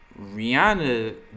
Rihanna